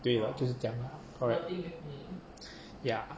对咯就是这样咯 correctly yeah